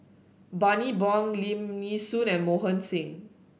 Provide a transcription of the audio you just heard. Bani Buang Lim Nee Soon and Mohan Singh